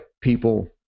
people